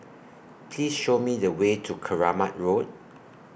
Please Show Me The Way to Keramat Road